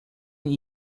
will